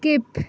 skip